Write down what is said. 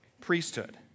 priesthood